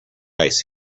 ice